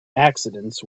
accidents